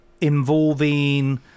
involving